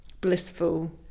blissful